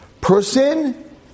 person